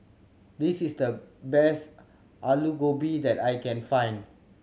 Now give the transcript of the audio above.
this is the best Aloo Gobi that I can find